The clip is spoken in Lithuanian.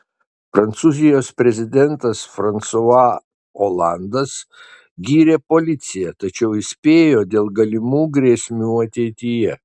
prancūzijos prezidentas fransua olandas gyrė policiją tačiau įspėjo dėl galimų grėsmių ateityje